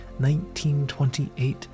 1928